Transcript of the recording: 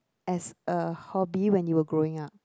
as a hobby when you were growing up